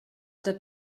der